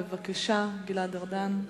גלעד ארדן.